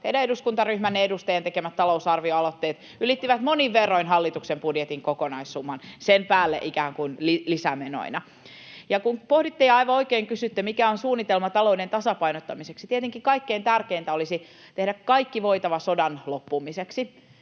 teidän eduskuntaryhmänne edustajien tekemät talousarvioaloitteet ylittivät monin verroin hallituksen budjetin kokonaissumman, [Kokoomuksesta: Tulee vaihtoehtobudjetti!] sen päälle ikään kuin lisämenoina. Kun pohditte ja aivan oikein kysyitte, mikä on suunnitelma talouden tasapainottamiseksi, niin tietenkin kaikkein tärkeintä olisi tehdä kaikki voitava sodan loppumiseksi